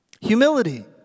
Humility